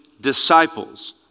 disciples